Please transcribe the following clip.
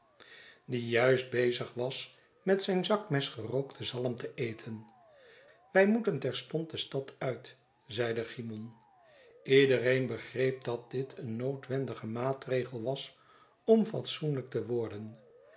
boz was met zijn zakmes gerookte zalm te eten wij moeten terstond de stad uit zeide cymon ledereen begreep dat dit een noodwendige maatregel was om fatsoenlijk te worden